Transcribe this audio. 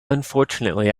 unfortunately